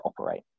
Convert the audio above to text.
operate